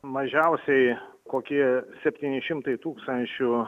mažiausiai kokie septyni šimtai tūkstančių